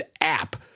app